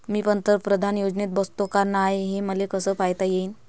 मी पंतप्रधान योजनेत बसतो का नाय, हे मले कस पायता येईन?